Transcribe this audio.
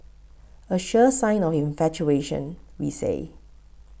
a sure sign of infatuation we say